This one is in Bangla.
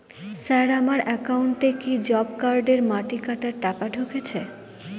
স্যার আমার একাউন্টে কি জব কার্ডের মাটি কাটার টাকা ঢুকেছে?